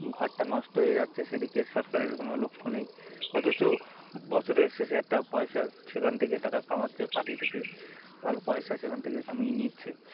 ঘরটা নষ্ট হয়ে যাচ্ছে সেদিকে সরকারের কোনো লক্ষ্য নেই অথচ বছরের শেষে একটা পয়সা সেখান থেকে তারা কামাচ্ছে পার্টি থেকে ভালো পয়সা সেখান থেকে কামিয়ে নিচ্ছে